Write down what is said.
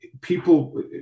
people